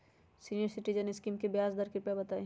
senior citizen scheme के ब्याज दर कृपया बताईं